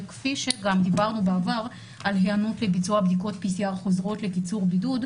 וכפי שגם דיברנו בעבר על היענות לביצוע בדיקות PCR חוזרות לקיצור בידוד,